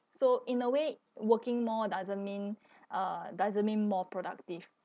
so in a way working more doesn't mean uh doesn't mean more productive